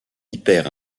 hyper